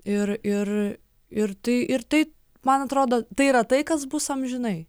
ir ir ir tai ir tai man atrodo tai yra tai kas bus amžinai